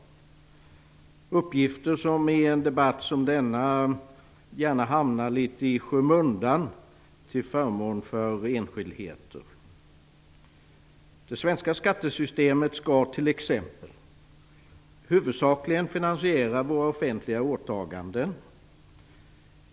Det är uppgifter som i en debatt som denna gärna hamnar litet i skymundan till förmån för enskildheter. Det svenska skattesystemet skall t.ex. huvudsakligen finansiera våra offentliga åtaganden.